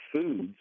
foods